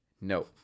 No